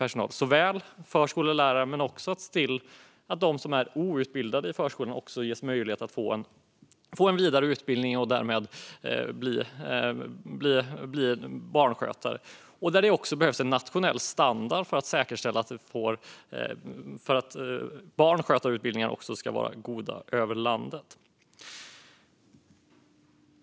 Det handlar såväl om förskollärare som om att de som är outbildade i förskolan ges möjlighet att få en vidare utbildning och därmed bli barnskötare. Det behövs också en nationell standard för att säkerställa att barnskötarutbildningarna ska vara goda över hela landet.